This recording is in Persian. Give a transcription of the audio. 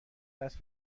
دست